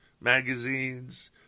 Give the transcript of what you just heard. magazines